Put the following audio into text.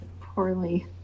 Poorly